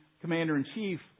commander-in-chief